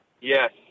Yes